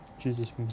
Jesus